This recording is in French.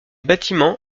bâtiments